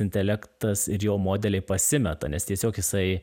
intelektas ir jo modeliai pasimeta nes tiesiog jisai